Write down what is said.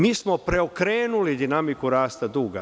Mi smo preokrenuli dinamiku rasta duga.